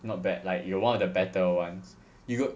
not bad like you're one of the better ones you got